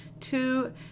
Two